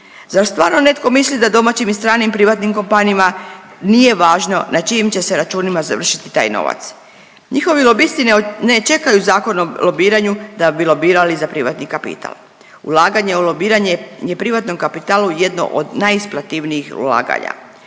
Zar stvarno netko misli da domaćim i stranim privatnim kompanijama nije važno na čijim će se računima završiti taj novac. Njihovi lobisti ne čekaju Zakon o lobiranju da bi lobirali za privatni kapital. Ulaganje u lobiranje je privatnom kapitalu jedno od najisplativnijih ulaganja.